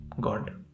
God